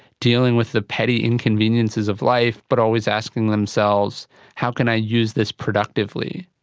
dealing with the petty inconveniences of life but always asking themselves how can i use this productively?